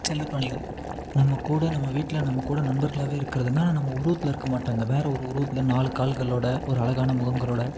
செல்ல பிராணிகள் நம்ம கூட நம்ம வீட்டில் நம்ம கூட நண்பர்களாவே இருக்கிறதுனால நம்ம உருவத்தில் இருக்கற மாட்டாங்க வேறு ஒரு உருவத்தில் நாலு கால்களோடய ஒரு அழகான முகங்களோடய